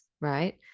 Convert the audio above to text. right